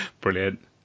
Brilliant